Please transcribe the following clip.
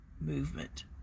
movement